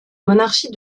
monarchie